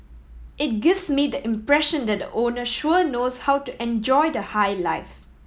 it gives me the impression that the owner sure knows how to enjoy the high life